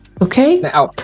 okay